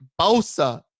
Bosa